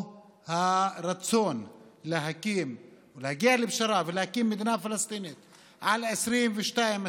הרצון להגיע לפשרה ולהקים מדינה פלסטינית על 22%,